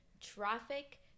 traffic